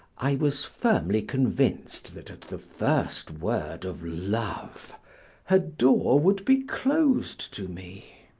i was firmly convinced that at the first word of love her door would be closed to me.